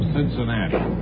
Cincinnati